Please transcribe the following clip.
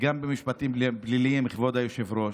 גם במשפטים פליליים, כבוד היושב-ראש,